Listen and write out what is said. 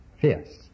fierce